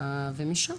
ומשם.